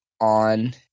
on